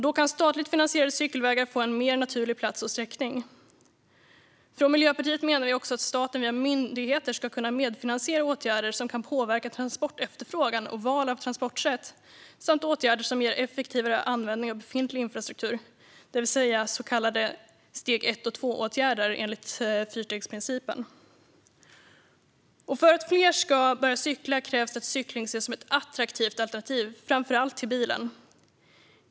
Då kan statligt finansierade cykelvägar få en mer naturlig plats och sträckning. Från Miljöpartiet menar vi också att staten via myndigheter ska kunna medfinansiera åtgärder som kan påverka transportefterfrågan och val av transportsätt samt åtgärder som ger effektivare användning av befintlig infrastruktur, det vill säga så kallade steg 1 och steg 2-åtgärder enligt fyrstegsprincipen. För att fler ska börja cykla krävs det att cykling ses som ett attraktivt alternativ till framför allt bilen.